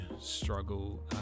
struggle